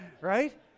right